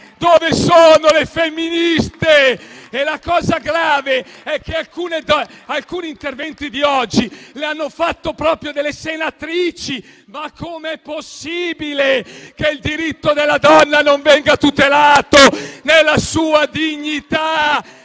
Dove sono le femministe? La cosa grave è che alcuni interventi di oggi li hanno svolti proprio delle senatrici. Ma come è possibile che il diritto della donna alla propria dignità